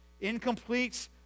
Incomplete